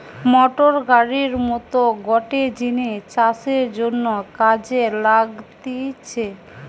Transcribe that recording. motor গাড়ির মত গটে জিনিস চাষের জন্যে কাজে লাগতিছে